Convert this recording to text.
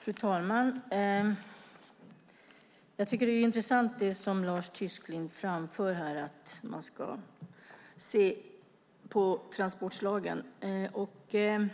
Fru talman! Det som Lars Tysklind framför, nämligen att man ska se på transportslagen, är intressant.